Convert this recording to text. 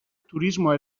turismoa